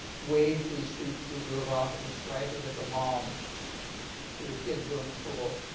wave to his troops they drove off and their strikers like a mom to their kids going to school